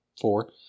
four